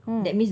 mm